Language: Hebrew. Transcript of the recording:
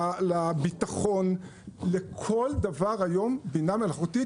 לביטחון ולכל דבר היום בינה מלאכותית.